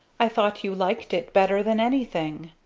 i thought you liked it better than anything,